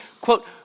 quote